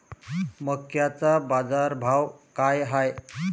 मक्याचा बाजारभाव काय हाय?